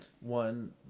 One